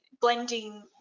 blending